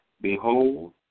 Behold